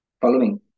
following